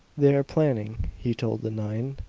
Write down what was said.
they are planning, he told the nine,